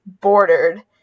bordered